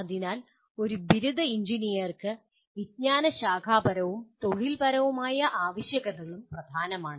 അതിനാൽ ഒരു ബിരുദ എഞ്ചിനീയർക്ക് വിജ്ഞാന ശാഖാപരവും തൊഴിൽപരവും ആയ ആവശ്യകതകളും പ്രധാനമാണ്